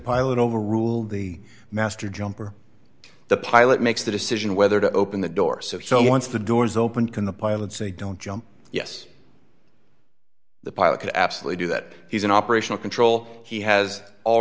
pilot overrule the master jumper the pilot makes the decision whether to open the door so so once the doors open can the pilot say don't jump yes the pilot could absolutely do that he's an operational control he has all